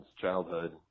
childhood